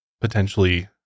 potentially